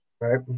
Right